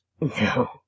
No